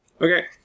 Okay